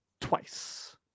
twice